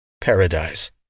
Paradise